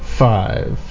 five